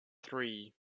three